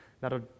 That'll